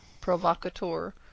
provocateur